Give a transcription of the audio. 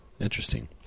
Interesting